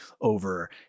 over